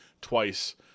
twice